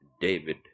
David